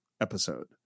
episode